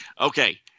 Okay